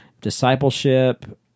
discipleship